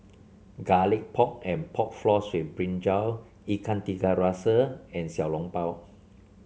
Garlic Pork and Pork Floss with brinjal Ikan Tiga Rasa and Xiao Long Bao